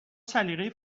سلیقه